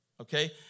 Okay